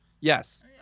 Yes